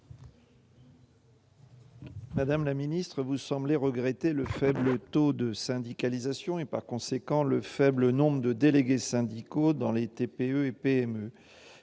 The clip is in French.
Madame la ministre, vous semblez regretter le faible taux de syndicalisation, et par conséquent le faible nombre de délégués syndicaux dans les TPE et PME.